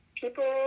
people